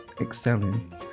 excelling